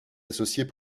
associées